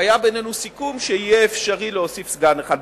היה בינינו סיכום שיהיה אפשר להוסיף סגן אחד,